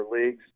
leagues